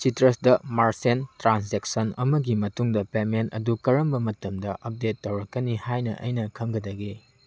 ꯆꯤꯇ꯭ꯔꯁꯇ merchant transaction ꯑꯃꯒꯤ ꯃꯇꯨꯡꯗ payment ꯑꯗꯨ ꯀꯔꯝꯕ ꯃꯇꯝꯗ ꯑꯞꯗꯦꯠ ꯇꯧꯔꯛꯀꯅꯤ ꯍꯥꯏꯅ ꯑꯩꯅ ꯈꯪꯒꯗꯒꯦ